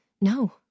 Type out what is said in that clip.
no